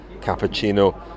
cappuccino